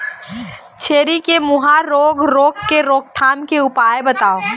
छेरी के मुहा रोग रोग के रोकथाम के उपाय बताव?